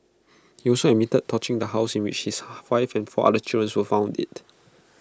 he also admitted torching the house in which his wife and four other children were found dead